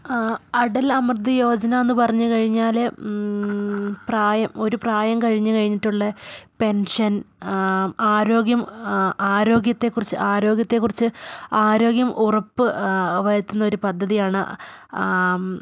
അടൽ അമൃത് യോജന എന്ന് പറഞ്ഞു കഴിഞ്ഞാൽ പ്രായം ഒരു പ്രായം കഴിഞ്ഞ് കഴിഞ്ഞിട്ടുള്ള പെൻഷൻ ആരോഗ്യം ആരോഗ്യത്തെക്കുറിച്ച് ആരോഗ്യത്തെക്കുറിച്ച് ആരോഗ്യം ഉറപ്പ് വരുത്തുന്ന ഒരു പദ്ധതിയാണ്